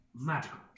magical